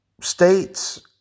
states